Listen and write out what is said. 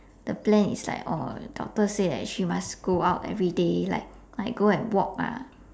the plan is like oh doctor say that she must go out every day like like go and walk ah